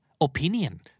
Opinion